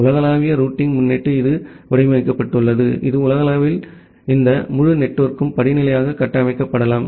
உலகளாவிய ரூட்டிங் முன்னொட்டு இது வடிவமைக்கப்பட்டுள்ளது இது உலகளவில் இந்த முழு நெட்வொர்க்கும் படிநிலையாக கட்டமைக்கப்படலாம்